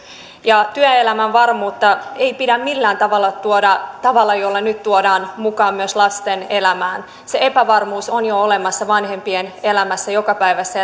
ja työelämän epävarmuutta ei pidä millään tavalla tuoda tavalla jolla nyt tuodaan mukaan myös lasten elämään se epävarmuus on jo olemassa vanhempien elämässä jokapäiväisessä